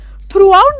throughout